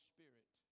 Spirit